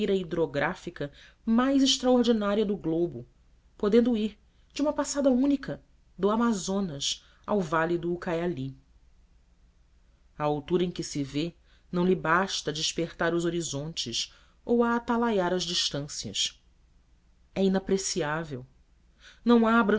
hidrográfica mais extraordinária do globo podendo ir de uma passada única do vale do amazonas ao vale do ucaiali a altura em que se vê não lhe basta a desapertar os horizontes ou a atalaiar as distâncias é inapreciável não